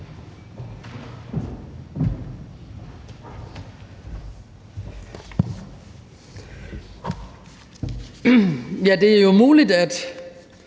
Det er jo muligt, at